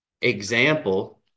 example